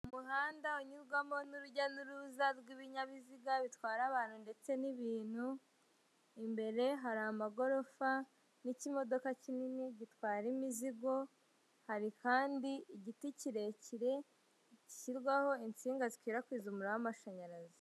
Umuhanda unyurwamo n'urujya n'uruza rw'ibinyabiziga bitwara abantu ndetse n'ibintu, imbere hari amagorofa n'ikimodoka kinini gitwara imizigo, hari kandi igiti kirekire gishyirwaho insinga zikwirakwiza umuriro w'amashanyarazi.